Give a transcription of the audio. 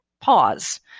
Pause